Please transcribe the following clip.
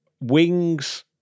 Wings